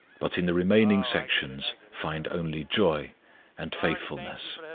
but in the remaining sections find only joy and fruitfulness.